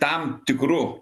tam tikru